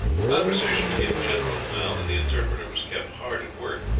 conversation became general now, and the interpreter was kept hard at work,